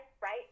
right